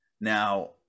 Now